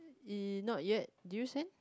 not yet did you send